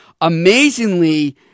Amazingly